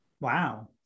Wow